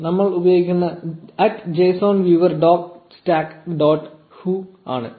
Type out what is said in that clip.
നമ്മൾ ഉപയോഗിക്കുന്ന at json viewer dot stack dot hu viewer dot stack dot hu ആണ്